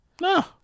No